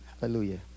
hallelujah